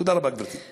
תודה רבה, גברתי.